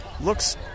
Looks